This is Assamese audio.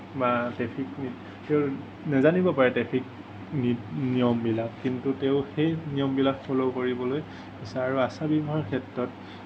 বা ট্ৰেফিক তেওঁ নাজানিব পাৰে ট্ৰেফিক নিয়মবিলাক কিন্তু তেওঁ সেই নিয়মবিলাক ফ'ল' কৰিবলৈ আৰু আচাৰ ব্যৱহাৰৰ ক্ষেত্ৰত